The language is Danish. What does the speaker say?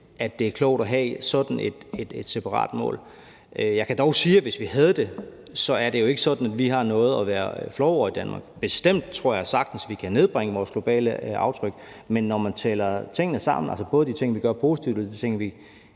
at det er klogt at have sådan et separat mål. Jeg kan dog sige, at hvis vi havde det, er det jo ikke sådan, at vi har noget at være flove over i Danmark. Jeg tror sagtens, vi kan nedbringe vores globale aftryk – det tror jeg bestemt – men når man tæller tingene sammen, altså både de ting, vi gør positivt, og de ting, der